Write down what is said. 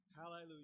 Hallelujah